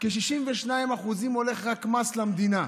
כ-62% הולכים רק כמס למדינה.